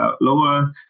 lower